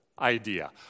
idea